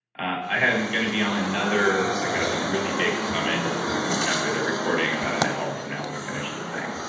i am going to be on another. like ah a really big summit coming up they're recording about an hour from now when we finish this thing.